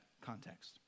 context